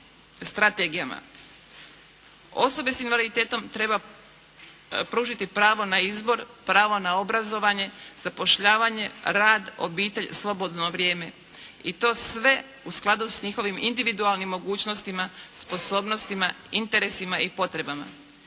Osobi s invaliditetom treba pružiti pravo na izbor, pravo na obrazovanje, zapošljavanje, rad, obitelj, slobodno vrijeme i to sve u skladu s njihovim individualnim mogućnostima, sposobnostima, interesima i potrebama.